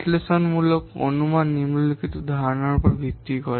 বিশ্লেষণমূলক অনুমান নিম্নলিখিত ধারণার উপর ভিত্তি করে